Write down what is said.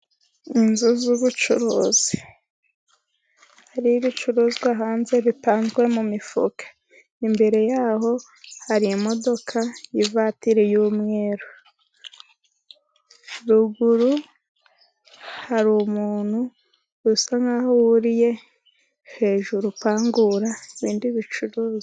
Inzu z'ubucuruzi, hari ibicuruzwa hanze bipanzwe mu mifuka. Imbere yaho hari imodoka, ivatiri y'umweru. Ruguru hari umuntu usa nk'aho yuriye hejuru, upangura ibindi bicuruzwa.